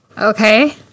Okay